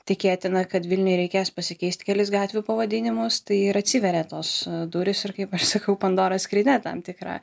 tikėtina kad vilniuje reikės pasikeisti kelis gatvių pavadinimus tai ir atsiveria tos durys ir kaip aš sakau pandoros skrynia tam tikra